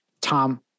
Tom